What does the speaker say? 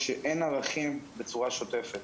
שאין ערכים בצורה שוטפת.